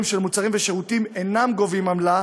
של מוצרים ושירותים אינם גובים עמלה,